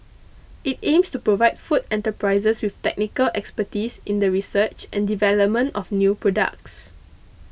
it aims to provide food enterprises with technical expertise in the research and development of new products